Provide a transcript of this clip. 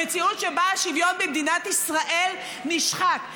במציאות שבה השוויון במדינת ישראל נשחק,